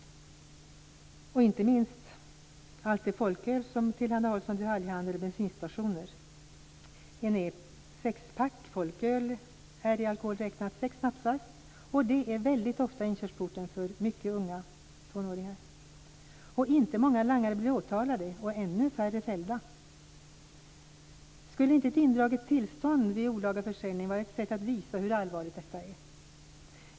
Inte minst gäller det också allt det folköl som tillhandahålls av detaljhandeln och bensinstationerna. En förpackning med sex folköl motsvarar i alkohol räknat sex snapsar. Det är väldigt ofta inkörsporten för mycket unga tonåringar. Det är inte många langare som blir åtalade, och än färre är de som blir fällda. Skulle inte ett indraget tillstånd vid olaga försäljning vara ett sätt att visa hur allvarligt detta är?